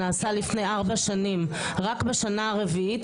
שנעשה לפני ארבע שנים רק בשנה הרביעית,